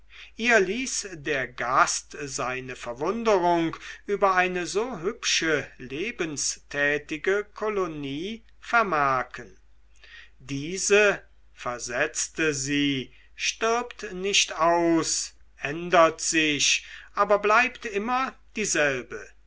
ihr ließ der gast seine verwunderung über eine so hübsche lebenstätige kolonie vermerken diese versetzte sie stirbt nicht aus ändert sich aber bleibt immer dieselbe